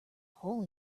hole